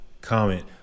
comment